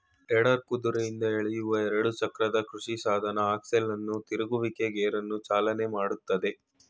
tedder ಕುದುರೆಯಿಂದ ಎಳೆಯುವ ಎರಡು ಚಕ್ರದ ಕೃಷಿಸಾಧನ ಆಕ್ಸೆಲ್ ಅನ್ನು ತಿರುಗುವಿಕೆ ಗೇರನ್ನು ಚಾಲನೆ ಮಾಡ್ತದೆ